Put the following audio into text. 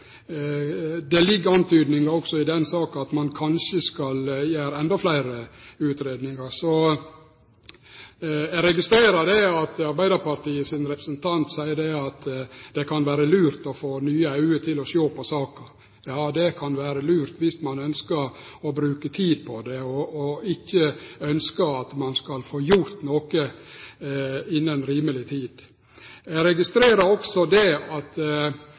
Det ligg antydningar også i den saka om at ein kanskje skal gjere endå fleire utgreiingar. Eg registrerer at Arbeidarpartiet sin representant seier at det kan vere lurt å få nye auge til å sjå på saka. Ja, det kan vere lurt viss ein ønskjer å bruke tid på det, og ikkje ønskjer at ein skal få gjort noko innan rimeleg tid. Eg registrerer også at det